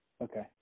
Okay